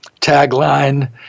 tagline